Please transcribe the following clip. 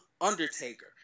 Undertaker